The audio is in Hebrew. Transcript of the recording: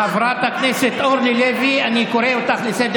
חברת הכנסת אורלי לוי, אני קורא אותך לסדר